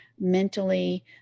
mentally